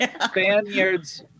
spaniards